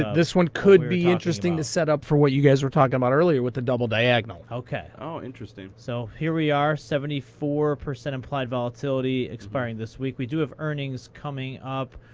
this one could be interesting to set up for what you guys were talking about earlier with the double diagonal. oh, interesting. so here we are, seventy four percent implied volatility expiring this week. we do have earnings coming up.